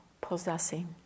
possessing